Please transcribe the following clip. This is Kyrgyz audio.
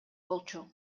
болчу